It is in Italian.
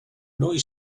noi